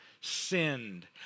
sinned